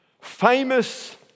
famous